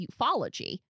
ufology